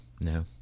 no